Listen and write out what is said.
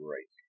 Right